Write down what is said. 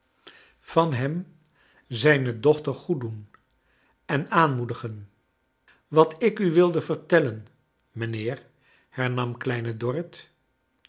van hern zijne dochter goed doen en aanmoedigen wat ik u wilde vertellen inijnheer hernam kleine dorrit